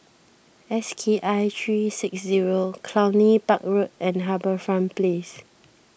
S K I three six zero Cluny Park Road and HarbourFront Place